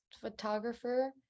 photographer